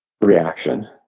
reaction